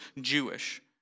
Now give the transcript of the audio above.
Jewish